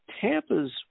Tampa's